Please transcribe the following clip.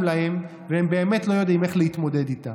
להם והם באמת לא יודעים איך להתמודד איתה.